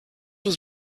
was